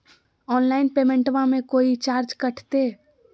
Online पेमेंटबां मे कोइ चार्ज कटते?